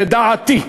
לדעתי,